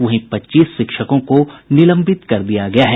वहीं पच्चीस शिक्षकों को निलंबित कर दिया गया है